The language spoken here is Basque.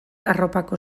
arropako